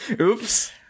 Oops